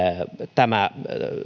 tämä